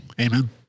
Amen